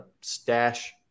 stash